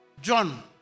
John